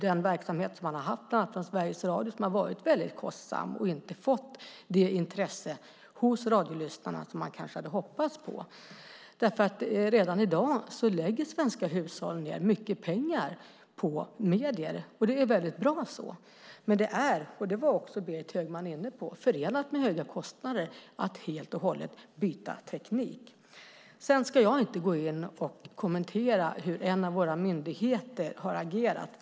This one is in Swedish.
Den verksamhet som bland annat Sveriges Radio har haft har varit mycket kostsam och inte fått det intresse hos radiolyssnarna som man kanske hade hoppats på. Redan i dag lägger svenska hushåll ned mycket pengar på medier. Det är mycket bra, men det är, och det var också Berit Högman inne på, förenat med höjda kostnader att helt och hållet byta teknik. Jag ska inte kommentera hur en av våra myndigheter har agerat.